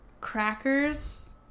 crackers